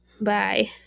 bye